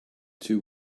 two